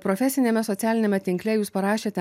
profesiniame socialiniame tinkle jūs parašėte